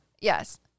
Yes